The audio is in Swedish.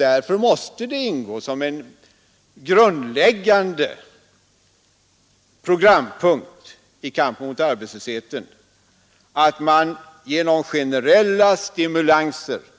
Därför måste det ingå som en grundläggande programpunkt i kampen mot arbetslösheten att man genom generella stimulansåtgärder söker